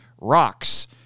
rocks